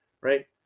right